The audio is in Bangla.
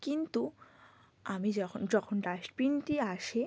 কিন্তু আমি যখন যখন ডাস্টবিনটি আসে